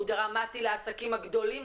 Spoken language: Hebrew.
הוא דרמטי לעסקים גדולים,